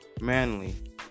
manly